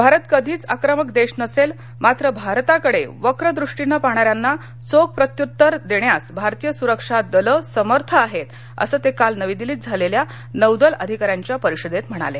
भारत कधीच आक्रमक देश नसेल मात्र भारताकडे वक्रदृष्टीने पाहणाऱ्यांना चोख प्रत्यूत्तर देण्यास भारतीय सुरक्षा दलं समर्थ आहेत असं ते काल नवी दिल्लीत झालेल्या नौदल अधिकाऱ्यांच्या परिषदेत म्हणाले